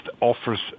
offers